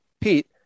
Pete